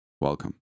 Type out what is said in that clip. Welcome